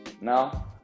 Now